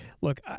look